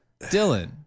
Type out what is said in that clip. Dylan